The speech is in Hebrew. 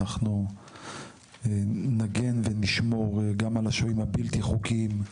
אנחנו נגן ונשמור גם על השוהים הבלתי חוקיים,